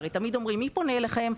הרי תמיד אומרים 'מי פונה אליכם,